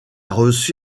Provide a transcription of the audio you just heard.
reçu